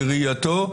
בראייתו,